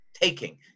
taking